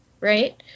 right